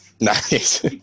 Nice